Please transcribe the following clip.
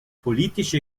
politische